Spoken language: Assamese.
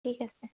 ঠিক আছে